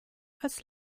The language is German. als